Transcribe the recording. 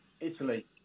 Italy